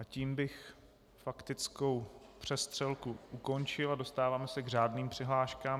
Tím bych faktickou přestřelku ukončil a dostáváme se k řádným přihláškám.